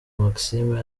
maxime